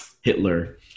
Hitler